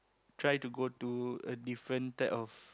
try to go to a different type of